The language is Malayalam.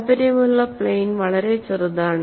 താൽപ്പര്യമുള്ള പ്ലെയ്ൻ വളരെ ചെറുതാണ്